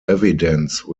evidence